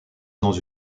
dans